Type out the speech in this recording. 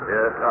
Yes